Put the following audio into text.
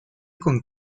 con